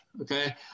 okay